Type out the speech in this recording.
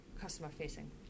customer-facing